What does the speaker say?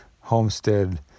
homestead